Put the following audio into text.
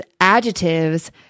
adjectives